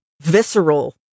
visceral